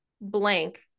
blank